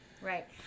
Right